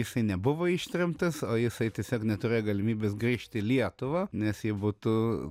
jisai nebuvo ištremtas o jisai tiesiog neturėjo galimybės grįžti į lietuvą nes jei būtų